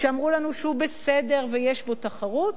שאמרו לנו שהוא בסדר ויש בו תחרות,